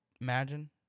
Imagine